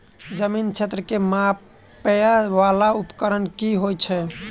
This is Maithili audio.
जमीन क्षेत्र केँ मापय वला उपकरण की होइत अछि?